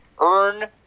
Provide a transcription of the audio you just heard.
earn